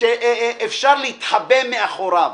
שאפשר להתחבא מאחוריו.